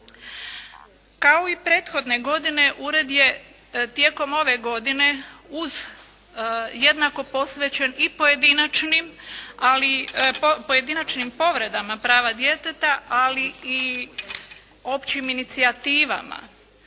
Kao i prethodne godine, Ured je tijekom ove godine jednako posvećen i pojedinačnim povredama prava djeteta, ali i općim inicijativama.